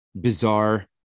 bizarre